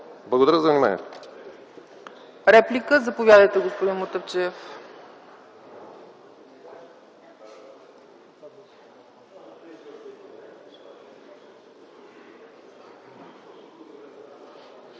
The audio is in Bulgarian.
Благодаря за вниманието.